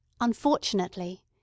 Unfortunately